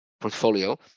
portfolio